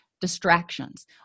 distractions